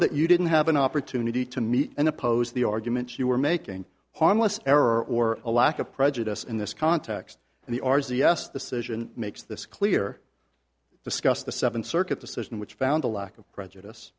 that you didn't have an opportunity to meet and oppose the arguments you were making harmless error or a lack of prejudice in this context and the r s yes the situation makes this clear discuss the seventh circuit decision which found a lack of prejudice